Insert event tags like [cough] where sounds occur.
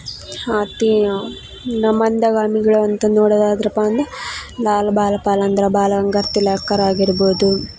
[unintelligible] ಇನ್ನು ಮಂದಗಾಮಿಗಳು ಅಂತ ನೋಡೋದಾದರಪ್ಪ ಅಂದು ಲಾಲ್ ಬಾಲ್ ಪಾಲ್ ಅಂದರ ಬಾಲಗಂಗಾಧರ್ ತಿಲಕರಾಗಿರ್ಬೋದು